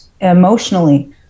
emotionally